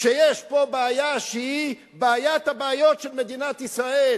כשיש פה בעיה שהיא בעיית הבעיות של מדינת ישראל,